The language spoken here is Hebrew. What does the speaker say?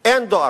אין דואר.